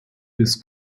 bis